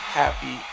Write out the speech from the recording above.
happy